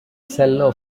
cello